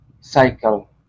cycle